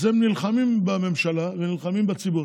אז הם נלחמים בממשלה, נלחמים בציבור.